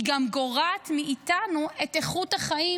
היא גם גורעת מאיתנו את איכות החיים,